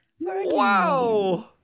Wow